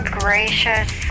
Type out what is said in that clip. gracious